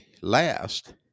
last